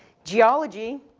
geology,